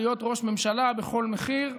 להיות ראש ממשלה בכל מחיר,